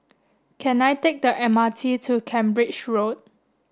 can I take the M R T to Cambridge Road